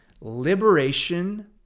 liberation